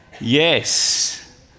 yes